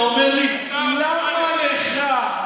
חבר הכנסת, השר אמסלם, אתה אומר לי: למה לך?